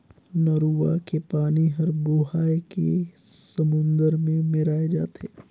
नरूवा के पानी हर बोहाए के समुन्दर मे मेराय जाथे